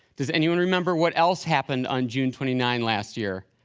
does anyone remember what else happened on june twenty nine last year?